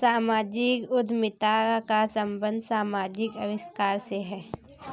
सामाजिक उद्यमिता का संबंध समाजिक आविष्कार से है